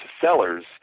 sellers